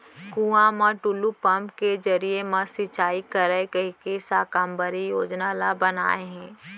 कुँआ म टूल्लू पंप के जरिए म सिंचई करय कहिके साकम्बरी योजना ल बनाए हे